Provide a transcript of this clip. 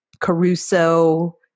Caruso